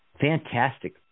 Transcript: Fantastic